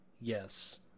Yes